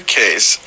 case